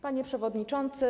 Panie Przewodniczący!